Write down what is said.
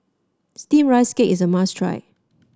steamed Rice Cake is a must try